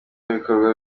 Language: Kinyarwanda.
bikorwa